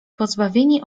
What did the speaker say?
pozbawieni